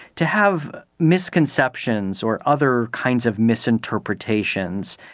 to have misconceptions or other kinds of misinterpretations.